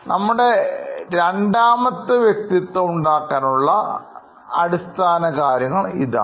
നമ്മുടെ രണ്ടാമത്തെ വ്യക്തിത്വം ഉണ്ടാക്കാനുള്ള അടിസ്ഥാനകാര്യങ്ങൾ ഇതാണ്